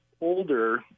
older